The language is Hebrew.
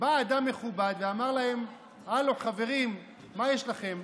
בא אדם מכובד ואמר להם: הלו, חברים, מה יש לכם?